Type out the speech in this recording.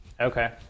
Okay